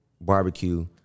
Barbecue